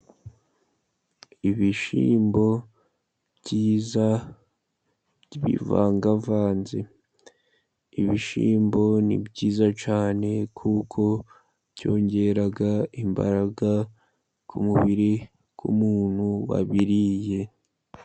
Ibishyimbo byiza bivangavanze. Ibishyimbo ni byiza cyane kuko byongera imbaraga, ku mubiri w' umuntu wabiriye.